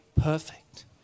perfect